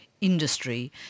industry